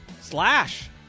Slash